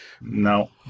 No